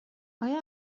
آیا